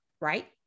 right